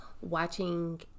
watching